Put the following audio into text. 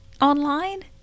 online